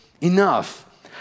Enough